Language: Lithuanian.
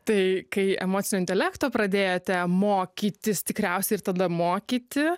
tai kai emocinio intelekto pradėjote mokytis tikriausiai ir tada mokyti